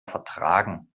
vertragen